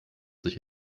sich